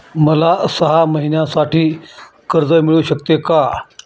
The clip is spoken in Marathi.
मला सहा महिन्यांसाठी कर्ज मिळू शकते का?